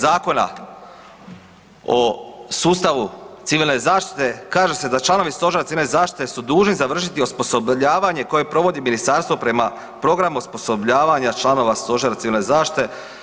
Zakona o sustavu civilne zaštite kaže se da članovi stožera civilne zaštite su dužni završiti osposobljavanje koje provodi Ministarstvo prema programu osposobljavanja članova stožera civilne zaštite.